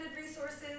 resources